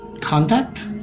contact